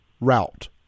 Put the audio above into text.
route